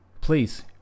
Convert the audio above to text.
please